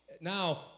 now